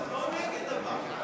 הוא לא נגד, אבל.